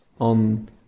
on